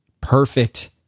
perfect